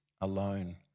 alone